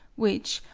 which,